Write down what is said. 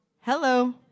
Hello